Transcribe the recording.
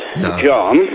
John